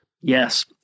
Yes